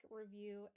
review